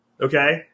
Okay